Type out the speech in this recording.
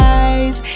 eyes